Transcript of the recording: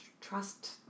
Trust